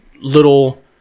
little